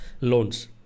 Loans